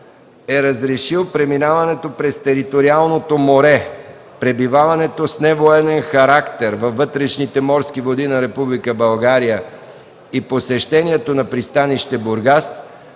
е разрешил преминаването през териториалното море, пребиваването с невоенен характер във вътрешните морски води на Република България и посещението на пристанище Бургас,